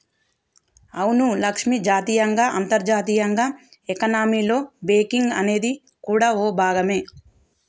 అవును లక్ష్మి జాతీయంగా అంతర్జాతీయంగా ఎకానమీలో బేంకింగ్ అనేది కూడా ఓ భాగమే